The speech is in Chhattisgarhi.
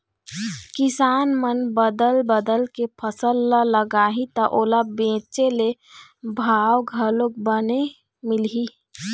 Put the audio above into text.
किसान मन बदल बदल के फसल ल लगाही त ओला बेचे ले भाव घलोक बने मिलही